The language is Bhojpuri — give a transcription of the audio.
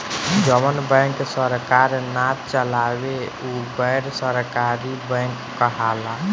जवन बैंक सरकार ना चलावे उ गैर सरकारी बैंक कहाला